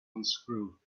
unscrew